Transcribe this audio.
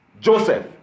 Joseph